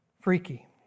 freaky